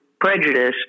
prejudice